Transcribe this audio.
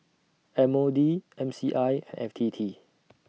M O D M C I and F T T